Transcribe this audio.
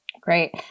Great